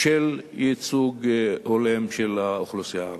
של ייצוג הולם של האוכלוסייה.